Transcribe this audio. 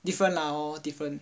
different lah hor different